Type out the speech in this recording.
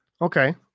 Okay